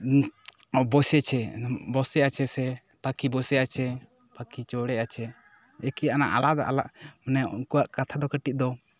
ᱵᱚᱥᱮᱪᱷᱮ ᱵᱚᱥᱮ ᱟᱪᱷᱮ ᱥᱮ ᱯᱟᱠᱷᱤ ᱵᱚᱥᱮ ᱟᱪᱷᱮ ᱯᱟᱠᱷᱤ ᱪᱚᱲᱮ ᱟᱪᱷᱮ ᱮᱠᱤ ᱟᱱᱟᱜ ᱟᱞᱟᱫᱟ ᱟᱞᱟᱫᱟ ᱢᱟᱱᱮ ᱩᱱᱠᱩᱭᱟᱜ ᱠᱟᱛᱷᱟ ᱫᱚ ᱠᱟᱹᱴᱤᱡ ᱫᱚ